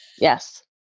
Yes